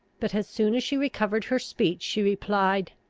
but as soon as she recovered her speech, she replied,